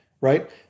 Right